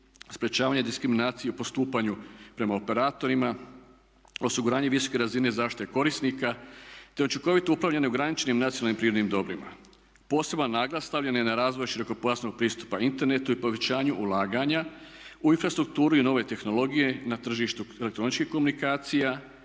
sprječavanje diskriminacije u postupanju prema operatorima, osiguranje visoke razine zaštite korisnika te učinkovito upravljanje neograničenim nacionalnim prirodnim dobrima. Poseban naglas stavljen je na razvoj širokopojasnog pristupa internetu i povećanju ulaganja u infrastrukturu i nove tehnologije na tržištu elektroničkih komunikacija